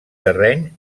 terreny